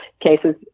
cases